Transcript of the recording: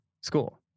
school